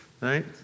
right